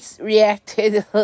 reacted